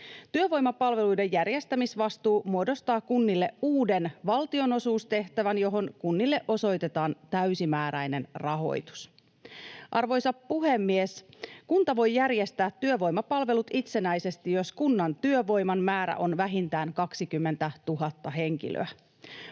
Työvoimapalveluiden järjestämisvastuu muodostaa kunnille uuden valtion-osuustehtävän, johon kunnille osoitetaan täysimääräinen rahoitus. Arvoisa puhemies! Kunta voi järjestää työvoimapalvelut itsenäisesti, jos kunnan työvoiman määrä on vähintään 20 000 henkilöä.